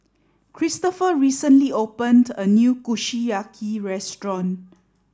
Christopher recently opened a new Kushiyaki Restaurant